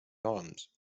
arms